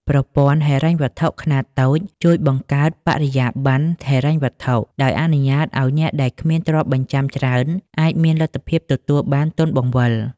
ប្រព័ន្ធហិរញ្ញវត្ថុខ្នាតតូចជួយបង្កើតបរិយាបន្នហិរញ្ញវត្ថុ ដោយអនុញ្ញាតឱ្យអ្នកដែលគ្មានទ្រព្យបញ្ចាំច្រើនអាចមានលទ្ធភាពទទួលបានទុនបង្វិល។